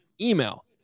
email